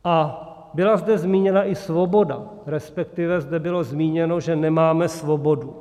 A byla zde zmíněna i svoboda, respektive zde bylo zmíněno, že nemáme svobodu.